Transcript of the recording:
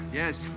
yes